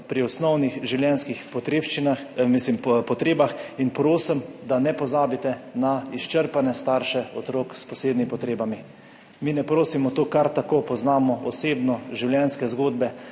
osnovnih življenjskih potreb in prosim, da ne pozabite na izčrpane starše otrok s posebnimi potrebami. Mi ne prosimo to kar tako. Osebno poznamo življenjske zgodbe